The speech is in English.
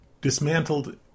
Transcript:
dismantled